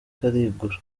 karigura